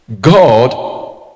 god